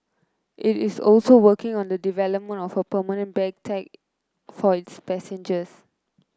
it is also working on the development of a permanent bag tag for its passengers